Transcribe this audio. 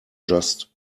just